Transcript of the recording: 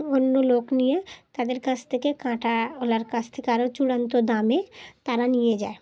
অন্য লোক নিয়ে তাদের কাছ থেকে কাঁটাওয়ালার কাছ থেকে আরও চূড়ান্ত দামে তারা নিয়ে যায়